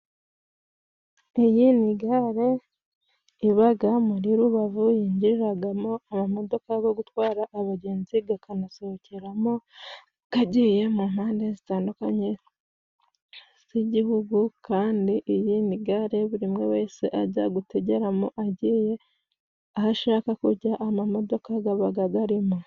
Iyi nigare ibaga muri rubavu yinjiriraragamo amamodoka go gutwara abagenzi gakanasohokeramo. Kagiye mu mpande zitandukanye z'igihugu . Kandi iyi nigare buri umwe wese ajya gutegeramo agiye aho ashaka kujya amamodoka gabaga garimo.